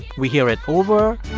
we hear it over.